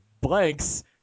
blanks